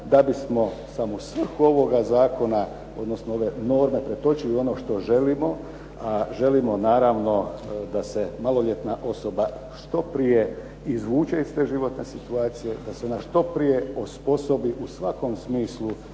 da bi smo samu svrhu ovoga zakona, odnosno ove norme pretočili u ono što želimo, a želimo naravno da se maloljetna osoba što prije izvuče iz te životne situacije, da se ona što prije osposobi u svakom smislu